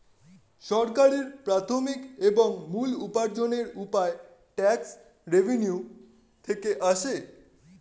সরকারের প্রাথমিক এবং মূল উপার্জনের উপায় ট্যাক্স রেভেন্যু থেকে আসে